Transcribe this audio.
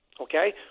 Okay